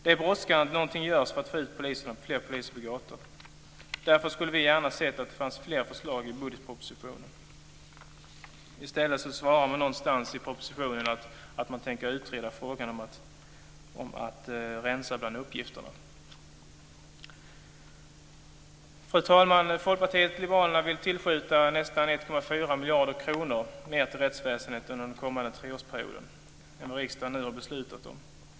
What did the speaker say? Det brådskar att någonting görs för att få ut fler poliser på gatorna. Därför hade vi gärna sett fler förslag i budgetpropositionen men i stället säger man någonstans i propositionen att man tänker utreda frågan om att rensa bland uppgifterna. Fru talman! Folkpartiet liberalerna vill tillskjuta nästan 1,4 miljarder kronor mer till rättsväsendet under den kommande treårsperioden än vad riksdagen har beslutat om.